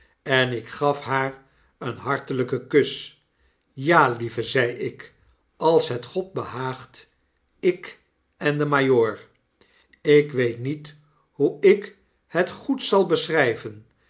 naar my opgelichtenikgaf haar een hartelyken kus ja lieve zei ik ms het god behaagt ik en de majoor ik weet niet hoe ik het goed zal bieschriven